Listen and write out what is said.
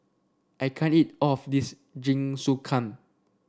I can't eat all of this Jingisukan